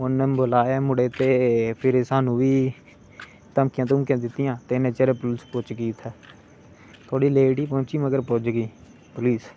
उनें बुलाया मुडे़ गी ते फिर स्हानू बी धमकी बगैरा दित्तियां ते इन्ने चिर च पुलस पुज्जी गेई उत्थै लेट गै पुज्जी मगर पुज्जी गेई पुलिस